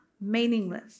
meaningless